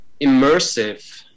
immersive